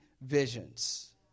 visions